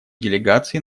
делегации